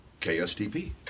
KSTP